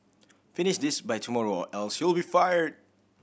finish this by tomorrow or else you'll be fired